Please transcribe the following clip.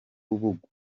bugwa